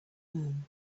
moon